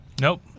Nope